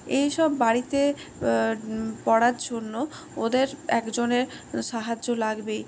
এই সব বাড়িতে পড়ার জন্য ওদের একজনের সাহায্য লাগবেই